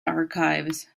archives